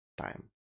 time